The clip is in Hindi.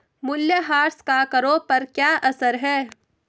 मूल्यह्रास का करों पर क्या असर है?